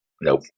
Nope